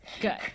good